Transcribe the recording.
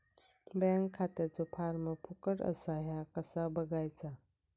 Bank खात्याचो form फुकट असा ह्या कसा बगायचा?